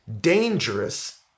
dangerous